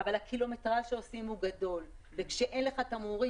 הקילומטראז' שעושים הוא גדול וכשאין לך תמרורים